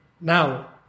now